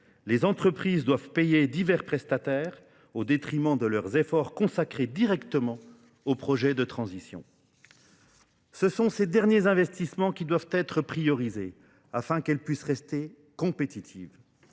Les entreprises doivent payer divers prestataires au détriment de leurs efforts consacrés directement au projet de transition. Ce sont ces derniers investissements qui doivent être priorisés afin qu'elles puissent rester compétitives.